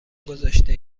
گذاشته